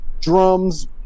drums